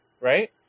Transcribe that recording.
Right